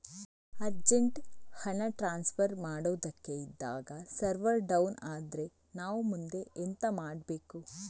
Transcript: Urgent ಹಣ transfer ಮಾಡೋದಕ್ಕೆ ಇದ್ದಾಗ ಸರ್ವರ್ ಡೌನ್ ಆದರೆ ನಾವು ಮುಂದೆ ಎಂತ ಮಾಡಬೇಕು?